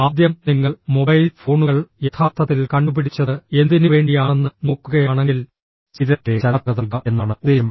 ആദ്യം നിങ്ങൾ മൊബൈൽ ഫോണുകൾ യഥാർത്ഥത്തിൽ കണ്ടുപിടിച്ചത് എന്തിനുവേണ്ടിയാണെന്ന് നോക്കുകയാണെങ്കിൽ സ്ഥിരതയ്ക്കെതിരെ ചലനാത്മകത നൽകുക എന്നതാണ് ഉദ്ദേശ്യം